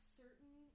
certain